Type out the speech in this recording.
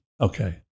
Okay